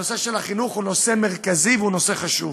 נושא החינוך הוא נושא מרכזי והוא נושא חשוב.